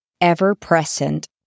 ever-present